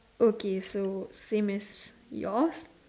okay so same as yours